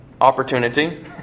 opportunity